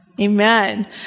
Amen